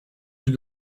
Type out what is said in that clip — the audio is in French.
plus